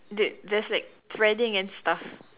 that there's like threading and stuff